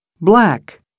black